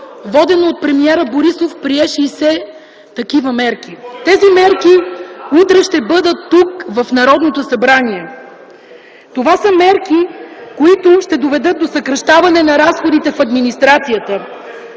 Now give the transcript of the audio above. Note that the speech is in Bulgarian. водено от премиера Борисов, прие 60 такива мерки. Тези мерки утре ще бъдат тук, в Народното събрание. Това са мерки, които ще доведат до съкращаване на разходите в администрацията.